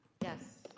Yes